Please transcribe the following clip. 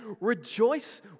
rejoice